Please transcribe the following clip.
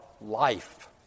life